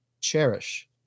cherish